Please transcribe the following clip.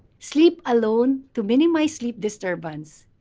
sleep alone to minimize sleep disturbance.